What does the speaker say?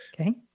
Okay